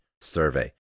survey